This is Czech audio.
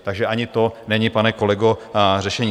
Takže ani to není, pane kolego, řešení.